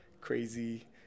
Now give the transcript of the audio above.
crazy